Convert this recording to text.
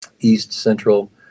east-central